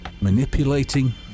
Manipulating